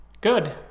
Good